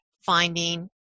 finding